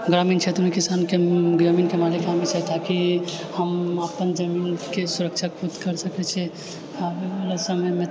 ग्रामीण क्षेत्रमे किसानके जमीनके मालिक ताकि हम अपन जमीनके सुरक्षा खुद कर सकै छै आबैवला समयमे